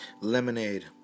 Lemonade